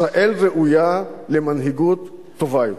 ישראל ראויה למנהיגות טובה יותר.